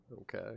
Okay